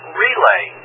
relay